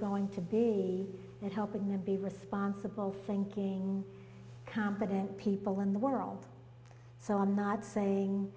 going to be helping the be responsible franking competent people in the world so i'm not saying